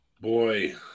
Boy